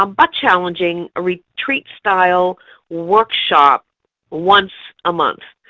ah but challenging, ah retreat-style workshop once a month.